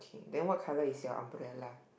then what colour is your umbrella